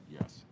Yes